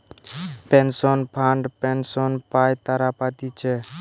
pension fund pension পাই তারা পাতিছে